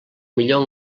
millor